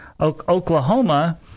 Oklahoma